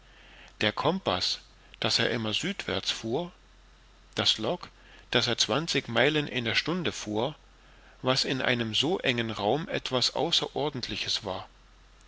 der compaß daß er immer südwärts fuhr das log daß er zwanzig meilen in der stunde fuhr was in einem so engen raum etwas außerordentliches war